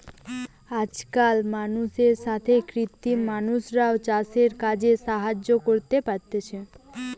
আজকাল মানুষের সাথে কৃত্রিম মানুষরাও চাষের কাজে সাহায্য করতে পারতিছে